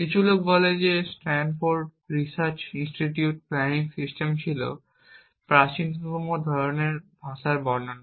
কিছু লোক বলে Stanford research institute planning system ছিল প্রাচীনতম ধরনের ভাষার বর্ণনা